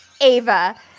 Ava